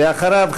ואחריו,